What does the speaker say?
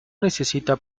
necesita